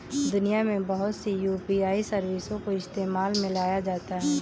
दुनिया में बहुत सी यू.पी.आई सर्विसों को इस्तेमाल में लाया जाता है